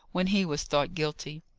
when he was thought guilty.